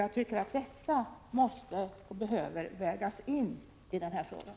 Jag tycker att detta behöver vägas in i den här frågan.